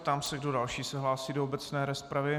Ptám se, kdo další se hlásí do obecné rozpravy.